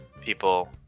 people